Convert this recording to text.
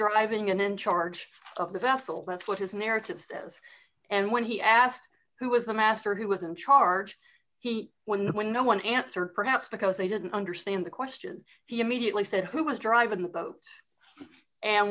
driving and in charge of the vessel that's what his narrative says and when he asked who was the master who was in charge he when the when no one answered perhaps because they didn't understand the question he immediately said who was driving the boat and